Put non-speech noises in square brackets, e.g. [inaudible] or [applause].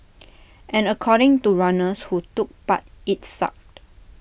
[noise] and according to runners who took part IT sucked